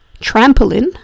trampoline